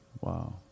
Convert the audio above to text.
Wow